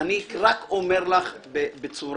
אני רק אומר לך בצורה